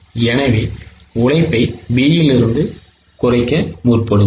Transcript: எனவே உழைப்பை B யிலிருந்து குறைப்போம்